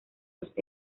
sus